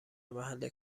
محل